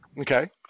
Okay